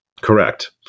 Correct